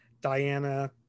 Diana